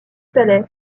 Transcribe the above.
palais